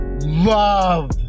love